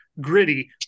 gritty